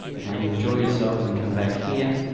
and enjoy yourselves and come back here',